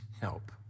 help